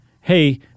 hey